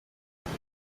miss